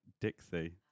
Dixie